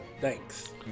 thanks